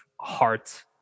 heart